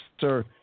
sir